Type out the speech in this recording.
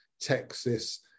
Texas